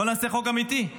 בוא נעשה חוק אמיתי,